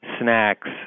snacks